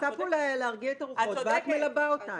אני מנסה פה להרגיע את הרוחות, ואת מלבה אותן.